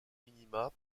minima